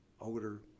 older